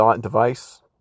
device